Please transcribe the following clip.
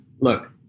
look-